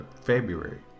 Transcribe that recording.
February